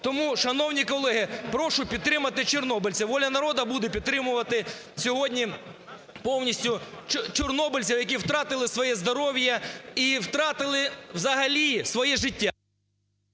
Тому, шановні колеги, прошу підтримати чорнобильців. "Воля народу" буде підтримувати сьогодні повністю чорнобильців, які втратили своє здоров'я і втратили взагалі своє життя.